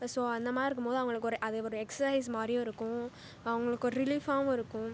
so அந்தமாதிரி இருக்கும்போது அவர்களுக்கு ஒரு அது ஒரு எக்ஸ்சைஸ் மாதிரியும் இருக்கும் அவர்களுக்கு ஒரு ரிலிஃப்பாவும் இருக்கும்